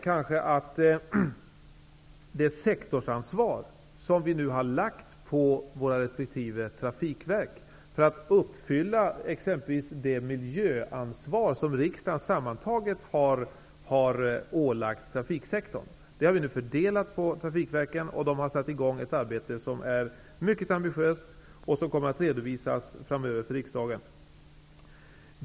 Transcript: Vi har nu på trafikverken fördelat det miljöansvar som riksdagen sammantaget har ålagt trafiksektorn, och verken har satt i gång ett arbete som är mycket ambitiöst och som kommer att redovisas för riksdagen framöver.